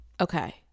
Okay